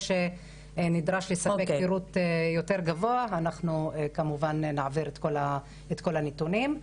שנדרש לספק פירוט יותר גבוה אנחנו כמובן נעביר את כל הנתונים.